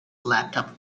laptop